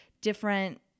different